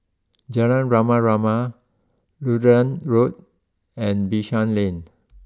Jalan Rama Rama Lutheran Road and Bishan Lane